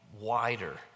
wider